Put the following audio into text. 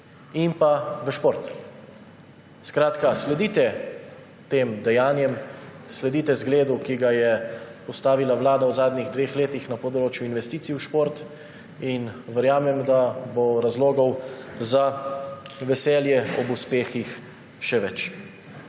in pa v šport. Skratka, sledite tem dejanjem, sledite zgledu, ki ga je postavila Vlada v zadnjih dveh letih na področju investicij v šport, in verjamem, da bo razlogov za veselje ob uspehih še več.